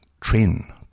train